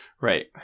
Right